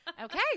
Okay